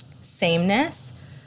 sameness